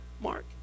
mark